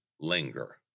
linger